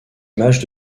images